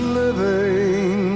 living